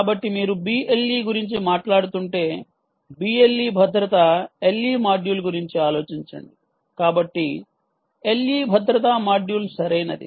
కాబట్టి మీరు BLE గురించి మాట్లాడుతుంటే BLE భద్రత LE మాడ్యూల్ గురించి ఆలోచించండి కాబట్టి LE భద్రతా మాడ్యూల్ సరైనది